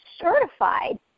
certified